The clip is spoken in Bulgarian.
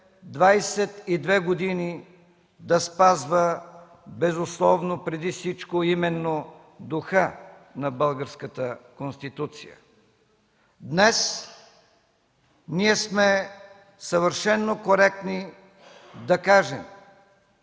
22 години да спазва безусловно преди всичко и именно духа на Българската конституция. Днес ние сме съвършено коректни да кажем: